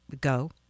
go